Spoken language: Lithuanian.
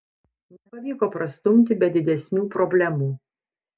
nepavyko prastumti be didesnių problemų